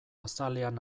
azalean